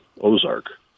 Ozark